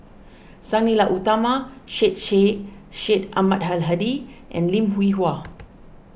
Sang Nila Utama Syed Sheikh Syed Ahmad Al Hadi and Lim Hwee Hua